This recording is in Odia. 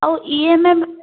ଆଉ ଇ ଏମ୍ ଏମ୍